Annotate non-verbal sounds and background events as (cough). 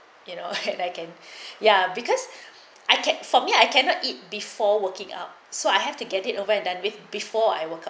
you know (laughs) I can ya because I can't for me I cannot eat before working up so I have to get it over and done with before I worked